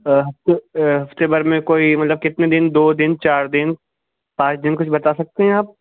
ہفتے ہفتے بھر میں کوئی مطلب کتنے دن دو دن چار دن پانچ دن کچھ بتا سکتے ہیں ہے آپ